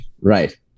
right